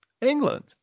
England